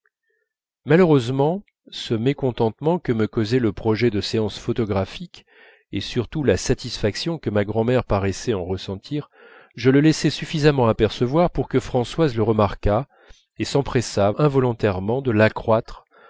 malheureusement ce mécontentement que me causaient le projet de séance photographique et surtout la satisfaction que ma grand'mère paraissait en ressentir je le laissai suffisamment apercevoir pour que françoise le remarquât et s'empressât involontairement de